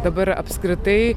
dabar apskritai